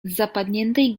zapadniętej